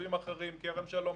ויישובים אחרים כרם שלום,